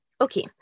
Okay